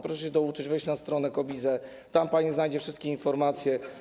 Proszę się douczyć, wejść na stronę KOBiZE, tam pani znajdzie wszystkie informacje.